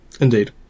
Indeed